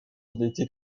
n’était